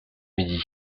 midi